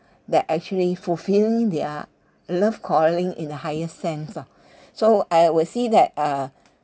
that actually fulfilled their love calling in the higher sense [ah]so I will see that uh